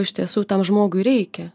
iš tiesų tam žmogui reikia